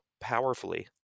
powerfully